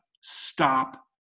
stop